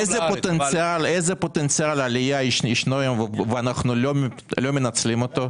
איזה פוטנציאל עליה יש היום ואנו לא מנצלים אותו.